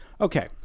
Okay